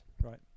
right